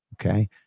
Okay